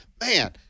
Man